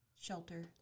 shelter